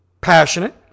passionate